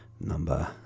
number